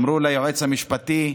אמרו ליועץ המשפטי: